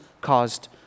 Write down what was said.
caused